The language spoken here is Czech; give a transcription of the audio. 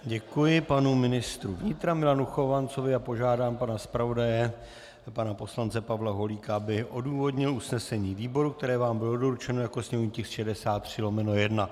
Děkuji panu ministru vnitra Milanu Chovancovi a požádám pana zpravodaje, pana poslance Pavla Holíka, aby odůvodnil usnesení výboru, které vám bylo doručeno jako sněmovní tisk 63/1.